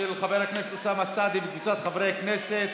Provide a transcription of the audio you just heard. של חבר הכנסת אוסאמה סעדי וקבוצת חברי הכנסת.